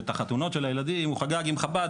ואת החתונות של הילדים הוא חגג עם חב"ד.